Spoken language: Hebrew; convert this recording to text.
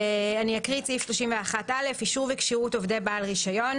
אני אקרא את סעיף 31(א): (א) בעל רישיון,